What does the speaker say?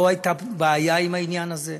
לא הייתה פה בעיה עם העניין הזה,